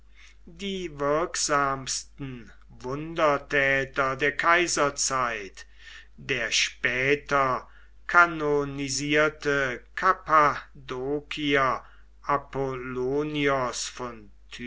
die wirksamsten wundertäter der kaiserzeit der später kanonisierte kappadokier apollonios von